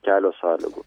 kelio sąlygų